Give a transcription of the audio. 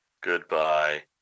goodbye